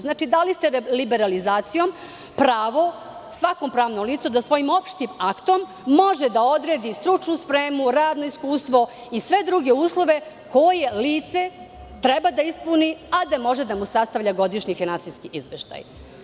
Znači, dali ste, liberalizacijom, pravo svakom pravnom licu da svojim opštim aktom može da odredi stručnu spremu, radno iskustvo i sve druge uslove koje lice treba da ispuni, a da može da mu sastavlja godišnji finansijski izveštaj.